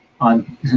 on